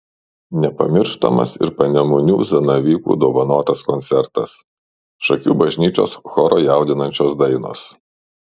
nepamirštamas ir panemunių zanavykų dovanotas koncertas šakių bažnyčios choro jaudinančios dainos